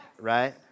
right